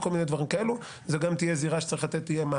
וכל מיני דברים כאלה; זו תהיה זירה שיהיה צריך לתת